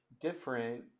different